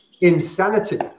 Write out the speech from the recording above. insanity